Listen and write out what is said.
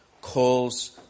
calls